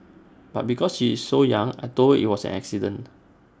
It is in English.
but because she is so young I Told her IT was an accident